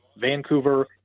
Vancouver